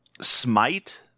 Smite